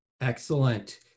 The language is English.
Excellent